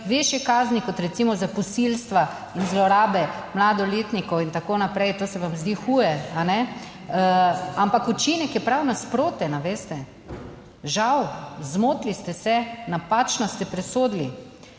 višje kazni, kot recimo za posilstva in zlorabe mladoletnikov in tako naprej. To se vam zdi huje, kajne? Ampak, učinek je prav nasproten, a veste, žal. Zmotili ste se, napačno ste presodili